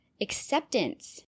acceptance